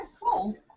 cool